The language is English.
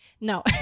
No